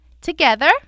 Together